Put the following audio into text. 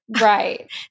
Right